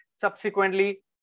subsequently